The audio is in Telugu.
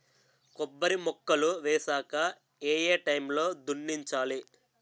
కొబ్బరి మొక్కలు వేసాక ఏ ఏ టైమ్ లో దున్నించాలి?